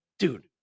Dude